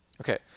Okay